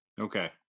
okay